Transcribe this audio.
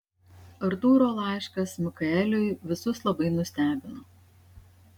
artūro laiškas mikaeliui visus labai nustebino